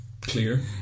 Clear